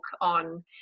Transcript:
on